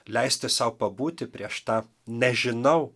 leisti sau pabūti prieš tą nežinau